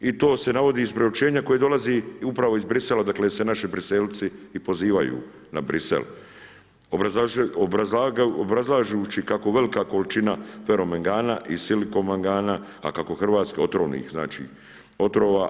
I to se navodi iz priopćenja koje dolazi upravo iz Bruxellesa, dakle jer se naši Briselci i pozivaju na Bruxelles obrazlažući kako velika količina feromengana i silikomangana, a kako Hrvatska otrovnih znači otrova.